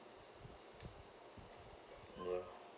ya